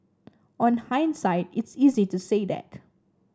on hindsight it's easy to say that